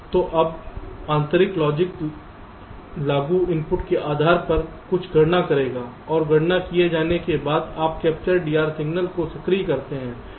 तो अब आंतरिक लॉजिक लागू इनपुट के आधार पर कुछ गणना करेगा और गणना किए जाने के बाद आप कैप्चर DR सिग्नल को सक्रिय करते हैं